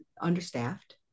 understaffed